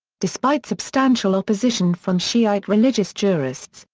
despite substantial opposition from shiite religious jurists,